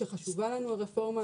שחשובה לנו הרפורמה.